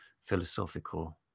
philosophical